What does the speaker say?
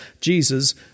Jesus